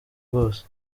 bwose